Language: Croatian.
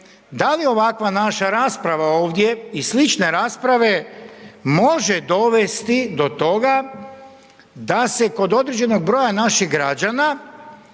da li ovakva naša rasprava ovdje i slične rasprave može dovesti do toga da se kod određenog broja naših građana